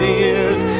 ears